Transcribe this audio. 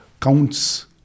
Count's